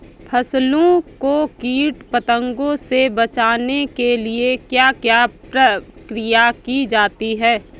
फसलों को कीट पतंगों से बचाने के लिए क्या क्या प्रकिर्या की जाती है?